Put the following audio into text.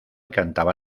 cantaba